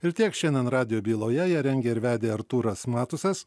ir tiek šiandien radijo byloje ją rengė ir vedė artūras matusas